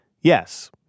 Yes